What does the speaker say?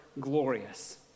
Glorious